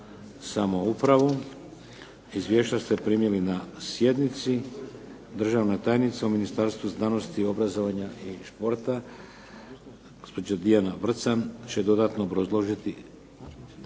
samoupravu. Izvješća ste primili na sjednici. Državna tajnica u Ministarstvu obrazovanja i športa, gospođa Dijana Vrcan će dodatno obrazložiti,